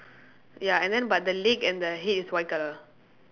ya and then but the leg and the head is white colour